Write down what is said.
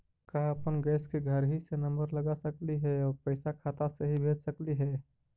का अपन गैस के घरही से नम्बर लगा सकली हे और पैसा खाता से ही भेज सकली हे?